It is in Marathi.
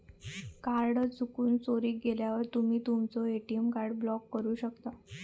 कार्ड चुकून, चोरीक गेल्यावर तुम्ही तुमचो ए.टी.एम कार्ड ब्लॉक करू शकता